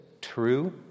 true